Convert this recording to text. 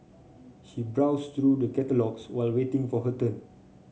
she browsed through the catalogues while waiting for her turn